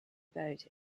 boat